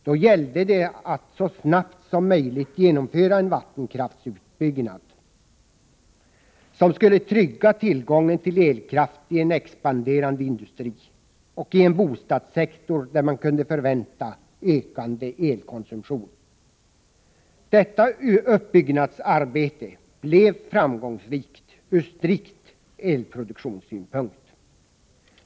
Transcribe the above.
Då gällde det att så snabbt som möjligt genomföra en vattenkraftsutbyggnad som skulle trygga tillgången till elkraft i en expanderande industri och i en bostadssektor där man kunde förvänta en ökande elkonsumtion. Detta uppbyggnadsarbete blev framgångsrikt ur strikt elproduktionssynpunkt.